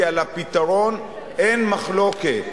כי על הפתרון אין מחלוקת.